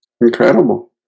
incredible